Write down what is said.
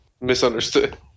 Misunderstood